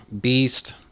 Beast